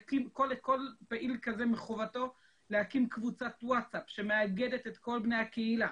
כל פעיל כזה מחובתו להקים קבוצת ווטסאפ שמאגדת את כל בני הקהילה